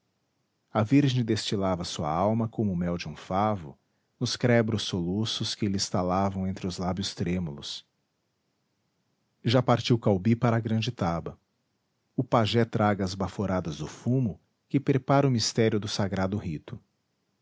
a virgem destilava sua alma como o mel de um favo nos crebros soluços que lhe estalavam entre os lábios trêmulos já partiu caubi para a grande taba o pajé traga as baforadas do fumo que prepara o mistério do sagrado rito